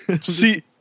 See